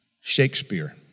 Shakespeare